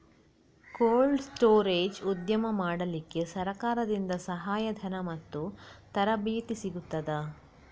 Cold storage ಉದ್ಯಮ ಮಾಡಲಿಕ್ಕೆ ಸರಕಾರದಿಂದ ಸಹಾಯ ಧನ ಮತ್ತು ತರಬೇತಿ ಸಿಗುತ್ತದಾ?